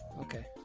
Okay